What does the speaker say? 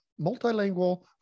multilingual